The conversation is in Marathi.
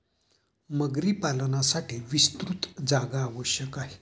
मगरी पालनासाठी विस्तृत जागा आवश्यक आहे